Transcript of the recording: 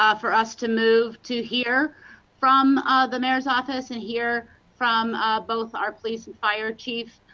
um for us to move to hear from ah the mayor's office, and hear from both our police and fire chiefs.